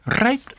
Right